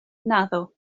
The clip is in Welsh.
naddo